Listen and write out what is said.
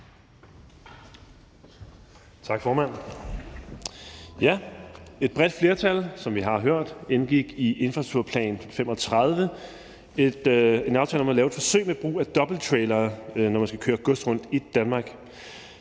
Tak, formand. Et bredt flertal indgik, som vi har hørt, i forbindelse med infrastrukturplan 2035 en aftale om at lave et forsøg med brug af dobbelttrailere, når man skal køre gods rundt i Danmark.